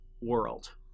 world